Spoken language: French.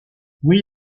oui